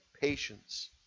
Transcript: patience